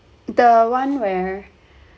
the one where